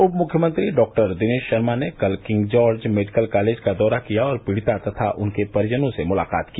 उप मुख्यमंत्री डॉक्टर दिनेश शर्मा ने कल किंग जॉर्ज मेडिकल कॉलेज का दौरा किया और पीड़िता तथा उनके परिजनों से मुलाकात की